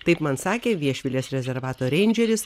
taip man sakė viešvilės rezervato reindžeris